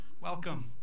welcome